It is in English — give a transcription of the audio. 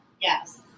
Yes